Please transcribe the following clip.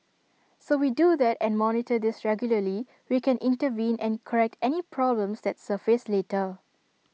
so we do that and monitor this regularly we can intervene and correct any problems that surface later